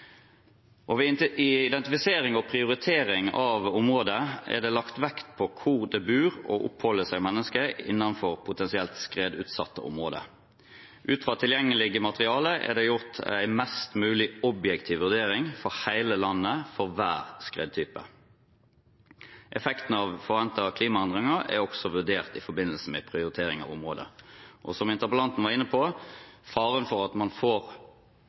Ved identifisering og prioritering av området er det lagt vekt på hvor det bor og oppholder seg mennesker innenfor potensielt skredutsatte områder. Ut fra tilgjengelige materialer er det gjort en mest mulig objektiv vurdering for hele landet for hver skredtype. Effekten av forventede klimaendringer er også vurdert i forbindelse med prioritering av områder. Som interpellanten var inne på, gjør faren for at man får